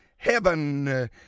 heaven